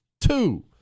Two